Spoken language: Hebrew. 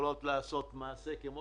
שיכולות לעשות מעשה כמו